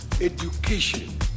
education